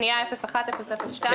לפנייה 01-002,